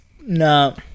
no